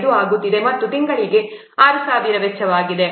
5 ಆಗುತ್ತಿದೆ ಮತ್ತು ತಿಂಗಳಿಗೆ 6000 ವೆಚ್ಚವಾಗಿದೆ